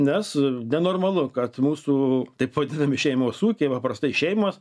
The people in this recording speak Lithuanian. nes nenormalu kad mūsų taip vadinami šeimos ūkiai paprastai šeimos